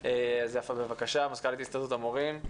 ומקובל, אז יפה, בבקשה, מזכ"לית הסתדרות המורים.